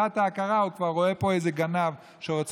בתת-הכרה הוא כבר רואה בו איזה גנב שרוצה